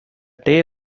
day